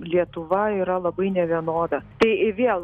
lietuva yra labai nevienoda tai vėl